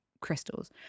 crystals